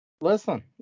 Listen